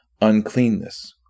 uncleanness